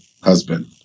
husband